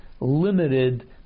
limited